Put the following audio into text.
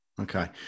Okay